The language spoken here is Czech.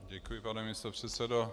Děkuji, pane místopředsedo.